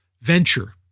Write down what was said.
venture